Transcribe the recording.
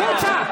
החוצה.